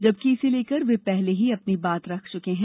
जबकि इसे लेकर वे पहले ही अपनी बात रख चूके हैं